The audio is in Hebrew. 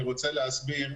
אני רוצה להסביר: